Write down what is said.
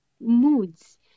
moods